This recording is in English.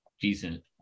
decent